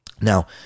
Now